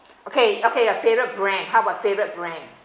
okay okay your favourite brand how about favourite brand